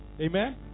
Amen